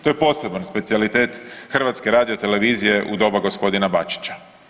To je poseban specijalitet HRT- u doba gospodina Bačića.